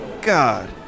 god